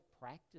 practice